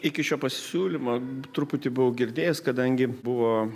iki šio pasiūlymo truputį buvau girdėjęs kadangi buvo